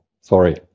Sorry